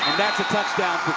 that's a touchdown